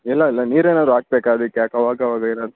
ಇಲ್ಲ ಇಲ್ಲ ನೀರು ಏನಾದ್ರು ಹಾಕ್ಬೇಕಾ ಅದಕ್ಕೆ ಅವಾಗವಾಗ ಏನಾದ್ರ್